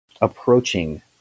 approaching